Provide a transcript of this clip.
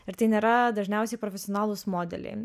ir tai nėra dažniausiai profesionalūs modeliai